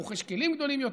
הוא רוכש כלים גדולים יותר,